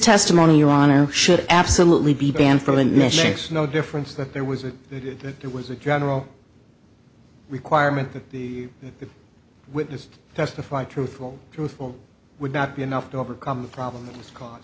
testimony your honor should absolutely be banned from mistakes no difference that there was that there was a general requirement that the witness testify truthful truthful would not be enough to overcome the problems cause